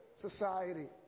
society